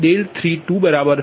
13 જે 2